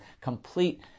complete